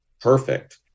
perfect